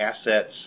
assets